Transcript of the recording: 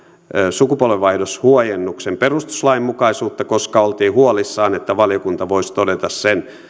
sukupolvenvaihdoshuojennuksen perustuslainmukaisuutta koska oltiin huolissaan siitä että valiokunta voisi todeta sen